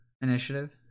initiative